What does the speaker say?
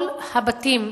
כל הבתים,